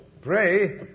pray